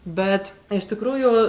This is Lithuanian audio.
bet iš tikrųjų